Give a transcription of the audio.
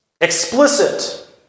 explicit